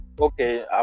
Okay